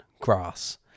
Grass